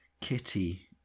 Kitty